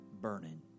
burning